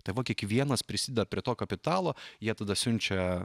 tai va kiekvienas prisideda prie to kapitalo jie tada siunčia